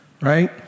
Right